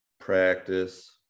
practice